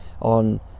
on